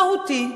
מהותי,